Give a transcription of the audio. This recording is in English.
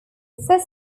his